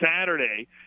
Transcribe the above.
Saturday